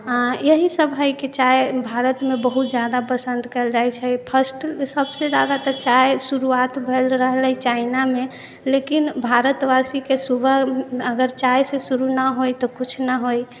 यहि सभ है कि चाय भारतमे बहुत जादा पसन्द कयल जाइ छै फर्स्ट सभसँ जादा तऽ चाय शुरुआत भेल रहलै चाइनामे लेकिन भारतवासीके सुबह अगर चायसँ शुरु नहि होइ तऽ कुछ नहि होइ